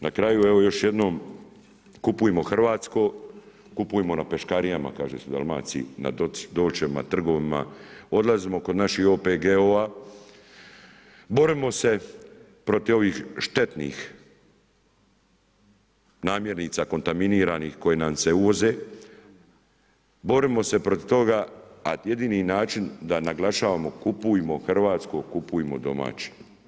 Na kraju, evo još jednom kupujmo hrvatsko, kupujmo na peškarijama kaže se u Dalmaciji, na ... trgovima, odlazimo kod naših OPG-ova, borimo se protiv ovih štetnih namirnica kontaminiranih koje nam se uvoze, borimo se protiv toga, a jedni način da naglašavamo kupujmo hrvatsko, kupujmo domaće.